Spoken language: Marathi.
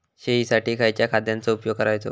शेळीसाठी खयच्या खाद्यांचो उपयोग करायचो?